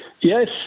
Yes